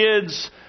kids